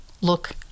look